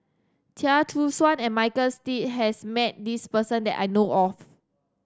Chia Choo Suan and Michael has met this person that I know of